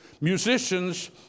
musicians